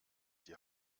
die